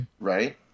Right